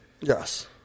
Yes